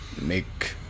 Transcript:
make